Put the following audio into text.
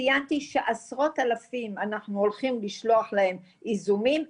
ציינתי שעשרות אלפים אנחנו הולכים לשלוח להם יזומים.